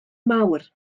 mawr